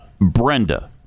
Brenda